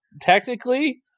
technically